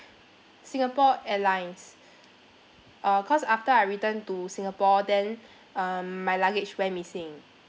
singapore airlines uh cause after I return to singapore then um my luggage went missing